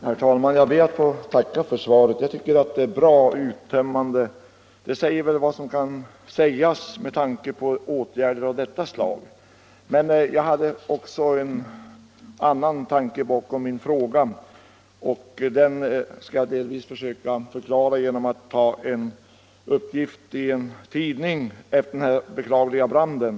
Herr talman! Jag ber att få tacka för svaret. Jag tycker att det är bra och uttömmande. Det säger väl vad som kan sägas i fråga om åtgärder av detta slag. Men jag hade också en annan tanke bakom min fråga, och den skall jag försöka förklara genom att relatera vad som stod att läsa i en tidning efter den beklagliga branden.